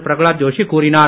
பிரகலாத் ஜோஷி கூறினார்